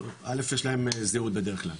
אלף יש להם זהות בדרך כלל,